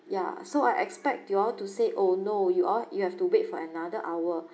ya so I expect you all to say oh no you all you have to wait for another hour